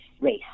Race